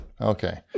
Okay